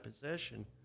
possession